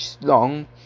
long